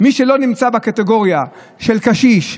מי שלא נמצא בקטגוריה של קשיש,